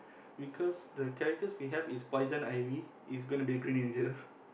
because the characters we have is poison ivy is gonna be green ranger